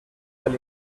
del